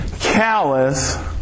callous